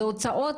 אלה הוצאות